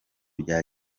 bya